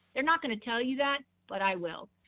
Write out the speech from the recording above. they're not gonna tell you that, but i will.